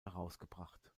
herausgebracht